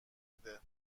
بده